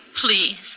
please